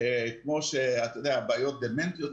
כמו בעיות דמנציות,